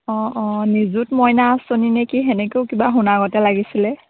অঁ অঁ নিজুত মইনা আঁচনি নেকি তেনেকেও কিবা শুনা আগতে লাগিছিলে